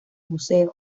buceo